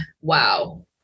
Wow